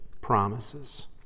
promises